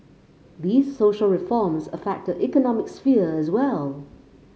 these social reforms affect the economic sphere as well